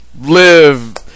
live